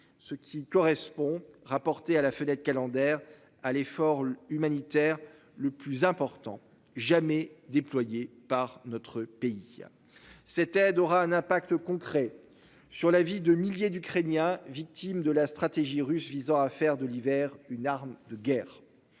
ce qui correspond, rapporté à la fenêtre calendaire à l'effort humanitaire le plus important jamais déployée par notre pays. Cette aide aura un impact concret sur la vie de milliers d'Ukrainiens victimes de la stratégie russe visant à faire de l'hiver, une arme de guerre.